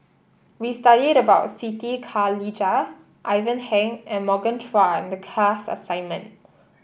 we studied about Siti Khalijah Ivan Heng and Morgan Chua in the class assignment